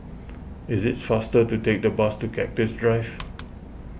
is it faster to take the bus to Cactus Drive